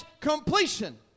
completion